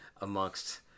amongst –